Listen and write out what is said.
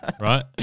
Right